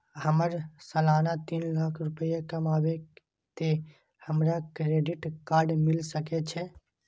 हमर सालाना तीन लाख रुपए कमाबे ते हमरा क्रेडिट कार्ड मिल सके छे?